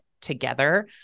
together